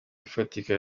ifatika